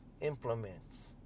implements